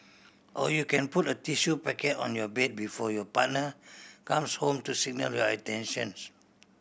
or you can put a tissue packet on your bed before your partner comes home to signal your intentions